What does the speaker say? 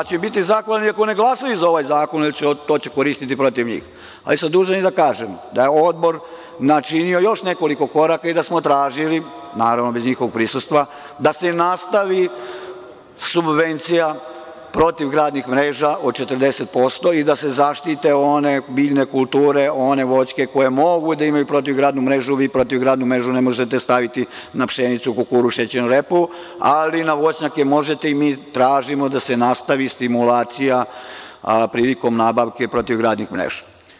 Biću im zahvalan i ako ne glasaju za ovaj zakon, jer to ću koristiti protiv njih, ali sam dužan i da kažem da je Odbor načinio još nekoliko koraka i da smo tražili, naravno, bez njihovog prisustva, da se nastavi subvencija protivgradnih mreža od 40% i da se zaštite one biljne kulture, one voćke koje mogu da imaju protivgradnu mrežu, jer vi protivgradnu mrežu ne možete staviti na pšenicu, kukuruz, šećernu repu, ali na voćnjake možete i tražimo da se nastavi stimulacija prilikom nabavke protivgradnih mreža.